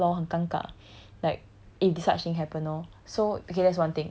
like kinda awkward lor 很尴尬 like if this such thing happen lor